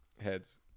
heads